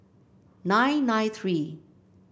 nine nine three